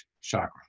chakra